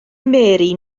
mary